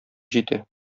җитә